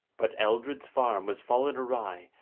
but eldred's farm was fallen awry,